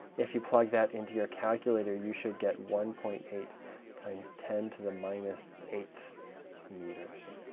if you plug that into your calculator, you should get one point eight times ten to the minus eight meters,